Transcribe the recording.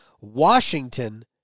Washington